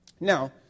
Now